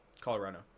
Colorado